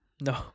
no